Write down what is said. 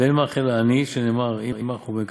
ואין מך אלא עני, שנאמר 'ואם מך הוא מערכך'".